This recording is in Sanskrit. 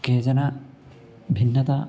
काचन भिन्नता